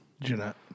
Jeanette